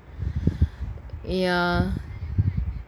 ya